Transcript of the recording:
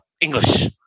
English